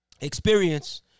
experience